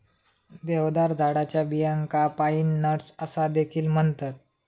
देवदार झाडाच्या बियांका पाईन नट्स असा देखील म्हणतत